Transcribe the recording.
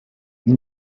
این